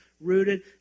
Rooted